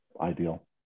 ideal